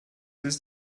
ist